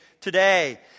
today